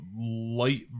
light